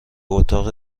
اتاق